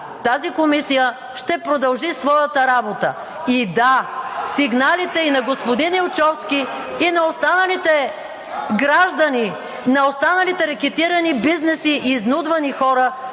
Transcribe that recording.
Тази комисия ще продължи своята работа. И, да, сигналите и на господин Илчовски и на останалите граждани, на останалите рекетирани бизнеси и изнудвани хора